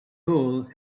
hole